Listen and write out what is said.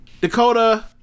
Dakota